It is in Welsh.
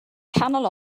canol